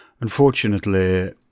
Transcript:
Unfortunately